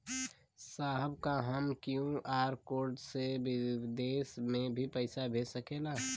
साहब का हम क्यू.आर कोड से बिदेश में भी पैसा भेज सकेला?